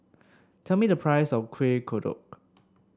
tell me the price of Kuih Kodok